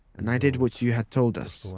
and i did what you had told us.